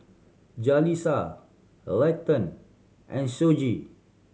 Jalisa Leighton and Shoji